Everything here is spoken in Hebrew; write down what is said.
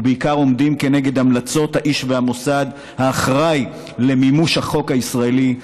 ובעיקר עומדים כנגד המלצות האיש והמוסד האחראי למימוש החוק הישראלי,